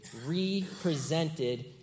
represented